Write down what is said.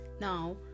Now